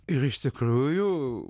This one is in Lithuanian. ir iš tikrųjų